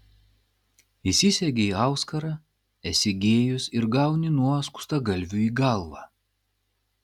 įsisegei auskarą esi gėjus ir gauni nuo skustagalvių į galvą